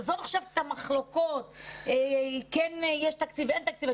עזוב עכשיו את המחלוקות יש תקציב, אין תקציב.